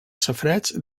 safareig